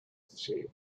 shape